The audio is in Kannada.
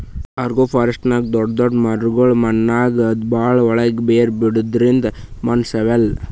ಅಗ್ರೋಫಾರೆಸ್ಟ್ರಿದಾಗ್ ದೊಡ್ಡ್ ದೊಡ್ಡ್ ಮರಗೊಳ್ ಮಣ್ಣಾಗ್ ಭಾಳ್ ಒಳ್ಗ್ ಬೇರ್ ಬಿಡದ್ರಿಂದ್ ಮಣ್ಣ್ ಸವೆಲ್ಲಾ